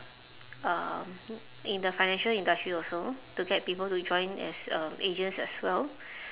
um in the financial industry also to get people to join as um agents as well